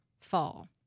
fall